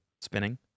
Spinning